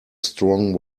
strong